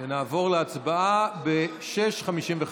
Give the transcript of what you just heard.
ונתחדשה בשעה 18:55.)